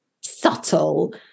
subtle